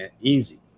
easy